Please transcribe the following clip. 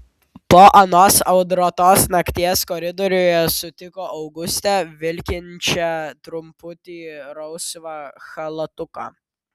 po anos audrotos nakties koridoriuje sutiko augustę vilkinčią trumputį rausvą chalatuką